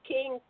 King